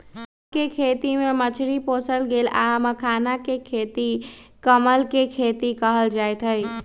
चौर कें खेती में मछरी पोशल गेल आ मखानाके खेती कमल के खेती कएल जाइत हइ